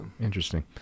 interesting